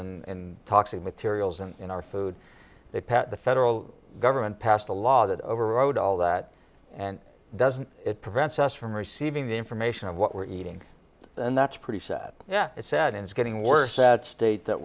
owes and toxic materials and in our food they passed the federal government passed a law that overrode all that and doesn't it prevents us from receiving the information of what we're eating and that's pretty sad yeah it's sad it's getting worse at state that